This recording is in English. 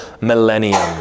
millennium